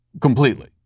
completely